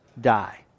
die